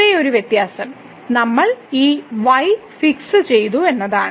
ഒരേയൊരു വ്യത്യാസം നമ്മൾ ഈ y ഫിക്സ് ചെയ്തു എന്നതാണ്